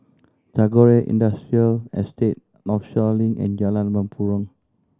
Tagore Industrial Estate Northshore Link and Jalan Mempurong